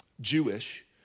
Jewish